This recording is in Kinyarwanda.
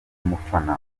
umufana